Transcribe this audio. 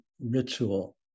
ritual